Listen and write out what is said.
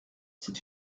c’est